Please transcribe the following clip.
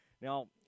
Now